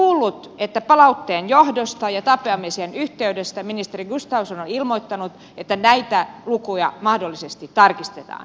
olen kuullut että palautteen johdosta ja tapaamisen yhteydessä ministeri gustafsson on ilmoittanut että näitä lukuja mahdollisesti tarkistetaan